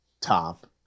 top